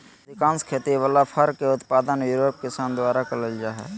अधिकांश खेती वला फर के उत्पादन यूरोप किसान द्वारा कइल जा हइ